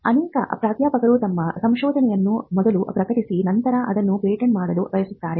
ಅನೇಕ ಪ್ರಾಧ್ಯಾಪಕರು ತಮ್ಮ ಸಂಶೋಧನೆಯನ್ನು ಮೊದಲು ಪ್ರಕಟಿಸಿ ನಂತರ ಅದನ್ನು ಪೇಟೆಂಟ್ ಮಾಡಲು ಬಯಸುತ್ತಾರೆ